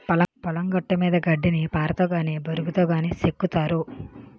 పొలం గట్టుమీద గడ్డిని పారతో గాని బోరిగాతో గాని సెక్కుతారు